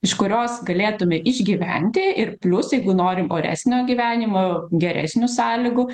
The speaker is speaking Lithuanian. iš kurios galėtume išgyventi ir plius jeigu norim oresnio gyvenimo geresnių sąlygų